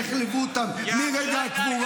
היא אומרת לי: לא הבנתי ככה, לא הבנתי ככה.